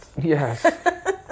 Yes